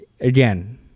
again